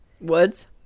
Woods